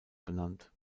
benannt